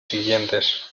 siguientes